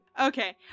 okay